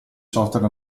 software